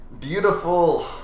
Beautiful